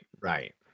Right